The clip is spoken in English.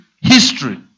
history